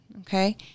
okay